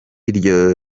iryo